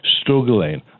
struggling